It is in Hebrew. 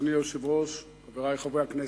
אדוני היושב-ראש, תודה רבה, חברי חברי הכנסת,